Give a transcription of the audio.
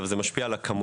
אבל זה משפיע על הכמויות.